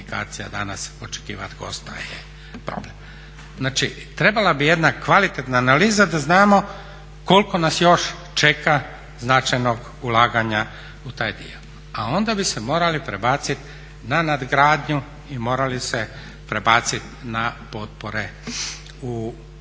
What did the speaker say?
danas očekivati gosta je problem. Znači trebala bi jedna kvalitetna analiza da znamo koliko nas još čeka značajnog ulaganja u taj dio a onda bi se morali prebaciti na nadgradnju i morali se prebaciti na potpore u